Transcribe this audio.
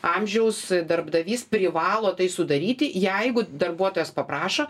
amžiaus darbdavys privalo tai sudaryti jeigu darbuotojas paprašo